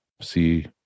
see